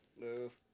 Move